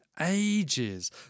ages